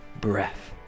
breath